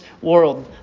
world